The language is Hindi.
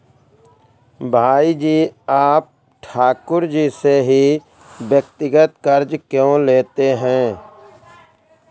भाई जी आप ठाकुर जी से ही व्यक्तिगत कर्ज क्यों लेते हैं?